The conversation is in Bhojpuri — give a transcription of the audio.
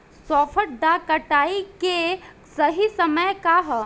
सॉफ्ट डॉ कटाई के सही समय का ह?